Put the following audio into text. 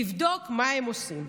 לבדוק מה הם עושים.